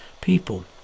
people